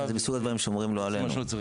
--- זה מסוג הדברים שאומרים "לא עלינו".